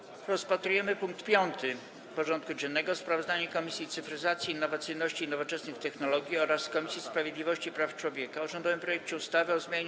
Powracamy do rozpatrzenia punktu 5. porządku dziennego: Sprawozdanie Komisji Cyfryzacji, Innowacyjności i Nowoczesnych Technologii oraz Komisji Sprawiedliwości i Praw Człowieka o rządowym projekcie ustawy o zmianie